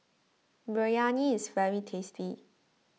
Biryani is very tasty